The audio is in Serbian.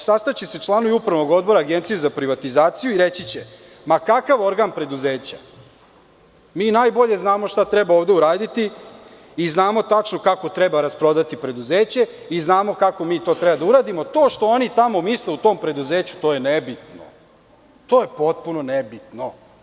Sastaće se članovi Upravnog odbora Agencije za privatizaciju i reći će – ma kakav organ preduzeća, mi najbolje znamo šta treba ovde uraditi i znamo tačno kako treba rasprodati preduzeće i znamo kako mi to treba da uradimo, to što oni tamo misle u tom preduzeću, to je nebitno, to je potpuno nebitno.